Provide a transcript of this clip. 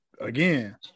Again